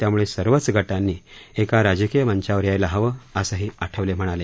त्याम्ळं सर्वच गटांनी एका राजकीय मंचावर यायला हवं असंही आठवले म्हणाले